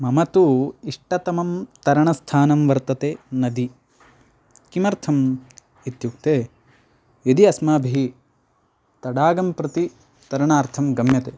मम तु इष्टतमं तरणस्थानं वर्तते नदी किमर्थम् इत्युक्ते यदि अस्माभिः तडागं प्रति तरणार्थं गम्यते